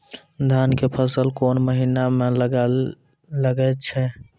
धान के फसल कोन महिना म लागे छै?